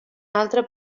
altre